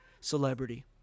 celebrity